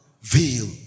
Veil